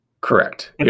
Correct